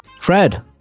Fred